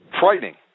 Frightening